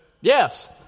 Yes